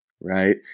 right